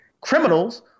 criminals